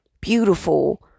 beautiful